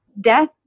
Death